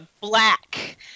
black